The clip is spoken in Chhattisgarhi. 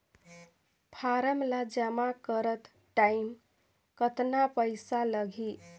फारम ला जमा करत टाइम कतना पइसा लगही?